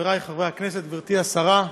חברי חברי הכנסת, גברתי השרה,